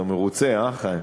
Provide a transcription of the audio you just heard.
אתה מרוצה, אה, חיים?